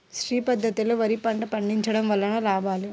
శ్రీ పద్ధతిలో వరి పంట పండించడం వలన లాభాలు?